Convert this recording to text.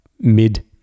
mid